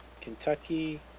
Kentucky